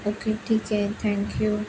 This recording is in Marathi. ओके ठीक आहे थँक्यू